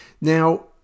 Now